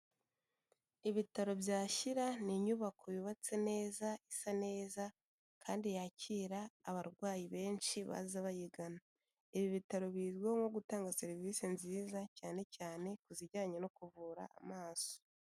Ibitaro bya Shyira, ni inyubako yubatse neza, isa neza, kandi yakira abarwayi benshi baza bayigana. Ibi bitaro bizwiho nko gutanga serivisi nziza, cyane cyane ku zijyanye no kuvura amaso.